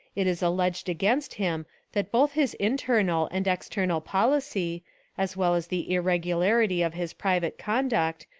it is alleged against him that both his internal and external policy as well as the irregularity of his private conduct,